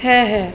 হ্যাঁ হ্যাঁ